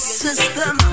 system